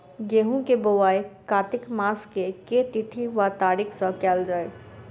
गेंहूँ केँ बोवाई कातिक मास केँ के तिथि वा तारीक सँ कैल जाए?